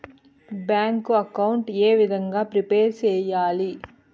Bank account ఏ విధంగా prepare సెయ్యాలి?